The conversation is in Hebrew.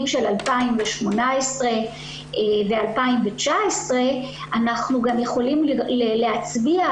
ביניהם הנושא של הפעלת תכניות לאיתור והתחום של נערים ונערות שממתינים